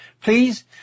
please